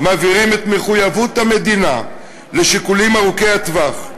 מבהירים את מחויבות המדינה לשיקולים ארוכי הטווח.